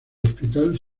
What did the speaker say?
hospital